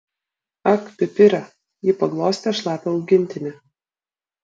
ak pipire ji paglostė šlapią augintinį